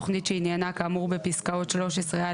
תוכנית שעניינה כאמור בפסקאות (13א),